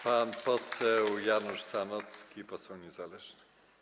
Pan poseł Janusz Sanocki, poseł niezależny.